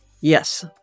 Yes